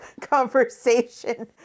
conversation